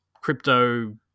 crypto